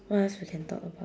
what else we can talk about